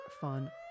fun